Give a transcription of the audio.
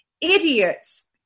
idiots